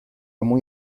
muy